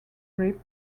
grip